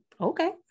okay